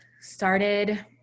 started